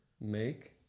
Make